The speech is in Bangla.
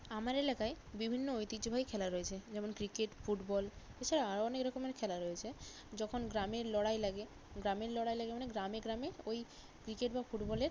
আমার এলাকায় বিভিন্ন ঐতিহ্যবাহী খেলা রয়েছে যেমন ক্রিকেট ফুটবল এছাড়া আরও অনেক রকমের খেলা রয়েছে যখন গ্রামের লড়াই লাগে গ্রামের লড়াই লাগে মানে গ্রামে গ্রামে ওই ক্রিকেট বা ফুটবলের